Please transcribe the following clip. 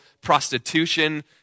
prostitution